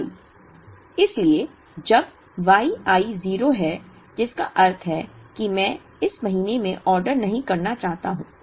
इसलिए जब Y i 0 है जिसका अर्थ है कि मैं इस महीने में ऑर्डर नहीं करना चाहता हूं